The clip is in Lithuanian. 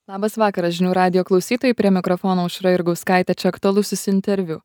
labas vakaras žinių radijo klausytojai prie mikrofono aušra jurgauskaitė čia aktualusis interviu